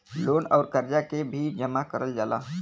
loan अउर करजा के भी जमा करल जाला